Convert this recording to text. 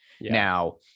Now